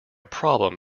problem